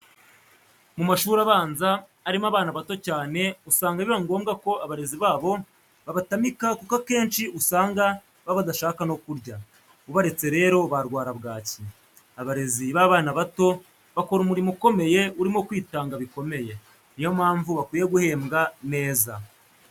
Mu mashuri abanza arimo abana bato cyane usanga biba ngombwa ko abarezi babo babatamika kuko akenshi usanga baba badashaka no kurya, ubaretse rero barwara bwaki. Abarezi b'abana bato bakora umurimo ukomeye urimo kwitanga bikomeye, ni yo mpamvu bakwiye guhembwa neza.